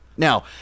Now